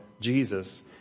Jesus